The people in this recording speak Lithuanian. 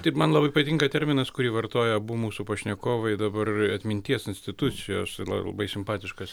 taip man labai patinka terminas kurį vartoja abu mūsų pašnekovai dabar atminties institucijos labai simpatiškas